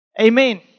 Amen